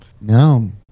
No